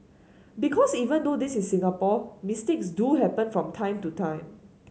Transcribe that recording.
because even though this is Singapore mistakes do happen from time to time